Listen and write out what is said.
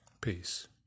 Peace